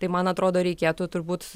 tai man atrodo reikėtų turbūt